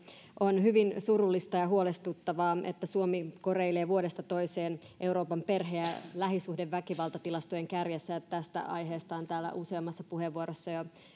on hyvin surullista ja huolestuttavaa että suomi koreilee vuodesta toiseen euroopan perhe ja ja lähisuhdeväkivaltatilastojen kärjessä ja tästä aiheesta on täällä useammassa puheenvuorossa jo